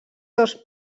dos